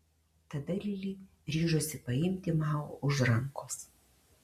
tada lili ryžosi paimti mao už rankos